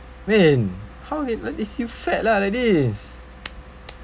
min how did uh is you fat lah like this